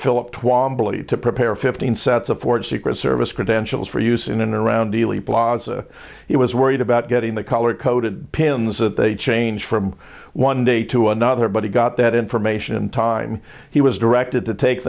ability to prepare fifteen sets of ford secret service credentials for use in and around dealey plaza he was worried about getting the color coded pims that they change from one day to another but he got that information in time he was directed to take